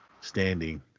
standing